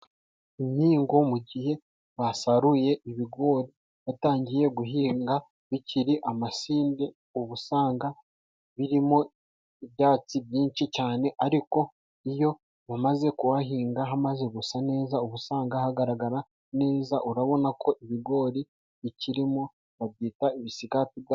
Impingo mu gihe basaruye ibigori batangiye guhinga, bikiri amasinde uba usanga birimo ibyatsi byinshi cyane, ariko iyo bamaze kuhahinga hamaze gusa neza, uba usanga hagaragara neza. Urabona ko ibigori bikirimo babyita ibisigatirwa.